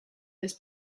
this